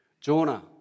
Jonah